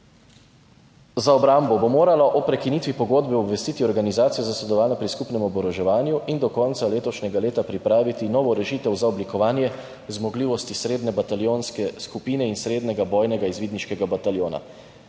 za obrambo bo moralo o prekinitvi pogodbe obvestiti Organizacijo za sodelovanje pri skupnem oboroževanju in do konca letošnjega leta pripraviti novo rešitev za oblikovanje zmogljivosti srednje bataljonske skupine in srednjega bojnega izvidniškega bataljona.